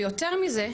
ויותר מזה,